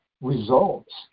results